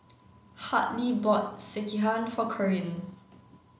Harley bought Sekihan for Corine